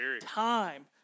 time